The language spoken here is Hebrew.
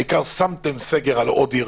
העיקר הטלתם סגר על עוד עיר.